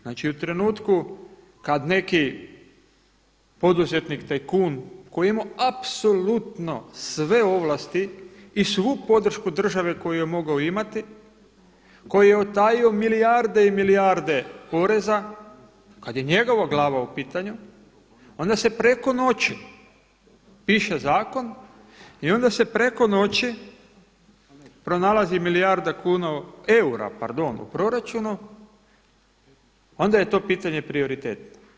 Znači u trenutku kada neki poduzetnik, tajkun koji je imao apsolutno sve ovlasti i svu podršku države koju je mogao imati, koji je utajio milijarde i milijarde poreza, kada je njegova glava u pitanju onda se preko noći piše zakon i onda se preko noći pronalazi milijarda kuna, eura, pardon u proračunu, onda je to pitanje prioriteta.